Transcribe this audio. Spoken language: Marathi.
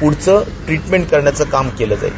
पुढचं ट्रिटमेंट करण्याचं काम केलं जाईल